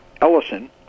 Ellison